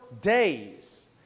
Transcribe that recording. days